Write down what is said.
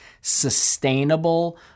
sustainable